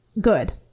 good